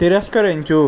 తిరస్కరించు